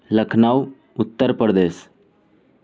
Lucknow Uttar Pradesh